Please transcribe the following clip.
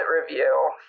review